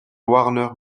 warner